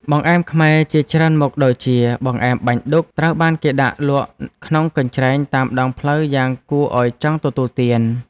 បង្អែមខ្មែរជាច្រើនមុខដូចជាបង្អែមបាញ់ឌុកត្រូវបានគេដាក់លក់ក្នុងកញ្ច្រែងតាមដងផ្លូវយ៉ាងគួរឱ្យចង់ទទួលទាន។